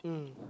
mm